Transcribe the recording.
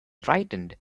frightened